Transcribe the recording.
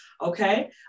Okay